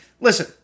listen